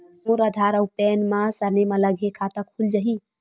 मोर आधार आऊ पैन मा सरनेम अलग हे खाता खुल जहीं?